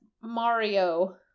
Mario